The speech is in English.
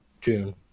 june